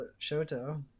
Shoto